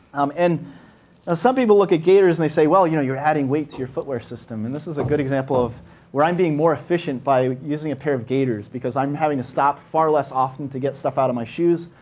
um and ah some people look at gaiters and they say, well, you know you're adding weight to your footwear system. and this is a good example where i'm being more efficient by using a pair of gaiters, because i'm having to stop far less often to get stuff out of my shoes.